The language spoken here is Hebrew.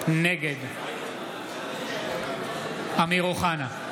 נגד אמיר אוחנה,